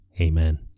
Amen